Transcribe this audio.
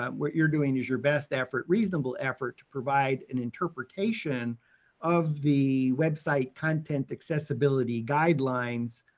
um what you're doing is your best effort, reasonable effort to provide an interpretation of the website content accessibility guidelines,